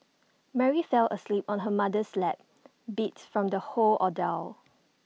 Mary fell asleep on her mother's lap beat from the whole ordeal